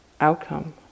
outcome